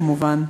כמובן,